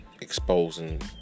exposing